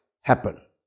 happen